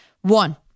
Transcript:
One